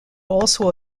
also